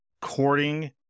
courting